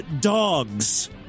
dogs